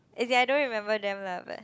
as in I don't remember them lah but